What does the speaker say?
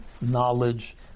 knowledge